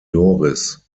doris